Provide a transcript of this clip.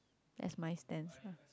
as my stamp